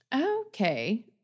Okay